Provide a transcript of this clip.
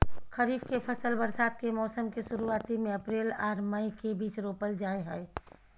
खरीफ के फसल बरसात के मौसम के शुरुआती में अप्रैल आर मई के बीच रोपल जाय हय